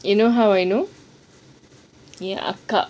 you know how I know ya